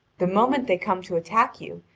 the moment they come to attack you,